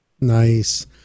Nice